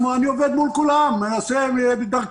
אני עובד מול כולם, מנסה בדרכי.